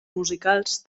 musicals